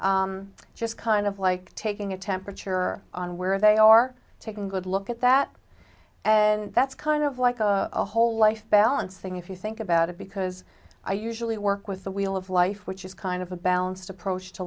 just kind of like taking a temperature on where they are taking a good look at that and that's kind of like a whole life balance thing if you think about it because i usually work with the wheel of life which is kind of a balanced approach to